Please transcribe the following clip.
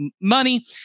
money